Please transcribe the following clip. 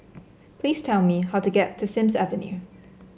please tell me how to get to Sims Avenue